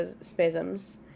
spasms